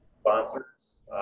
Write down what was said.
sponsors